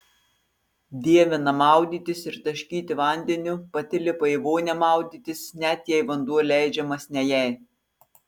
dievina maudytis ir taškyti vandeniu pati lipa į vonią maudytis net jei vanduo leidžiamas ne jai